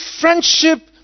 friendship